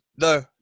No